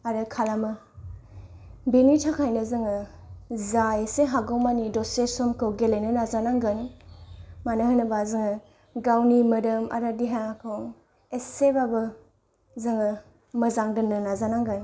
आरो खालामो बेनि थाखायनो जोङो जा एसे हागौमानि दसे समखौ गेलेनो नाजानांगोन मानो होनोब्ला जोङो गावनि मोदोम आरो देहाखौ एसेबाबो जोङो मोजां दोननो नाजानांगोन